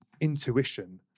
intuition